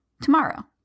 Tomorrow